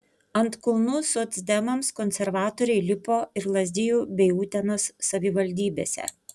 ant kulnų socdemams konservatoriai lipo ir lazdijų bei utenos savivaldybėse